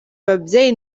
babyeyi